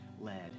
led